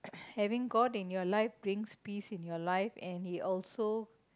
having god in your life brings peace in your life and he also